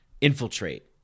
infiltrate